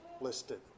listed